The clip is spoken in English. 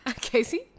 Casey